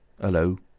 hullo!